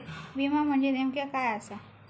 विमा म्हणजे नेमक्या काय आसा?